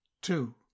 Two